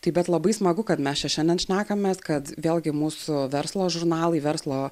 taip bet labai smagu kad mes čia šiandien šnekamės kad vėlgi mūsų verslo žurnalai verslo